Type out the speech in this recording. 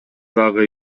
дагы